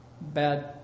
bad